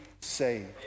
saved